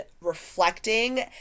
reflecting